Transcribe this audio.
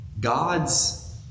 God's